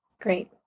Great